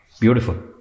Beautiful